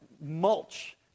mulch